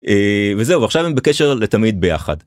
וזהו עכשיו הם בקשר לתמיד ביחד.